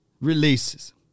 releases